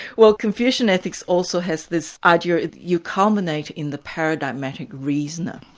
well, confucian ethics also has this idea that you culminate in the paradigmatic reasoner,